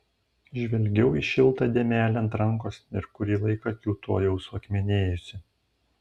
žvelgiau į šiltą dėmelę ant rankos ir kurį laiką kiūtojau suakmenėjusi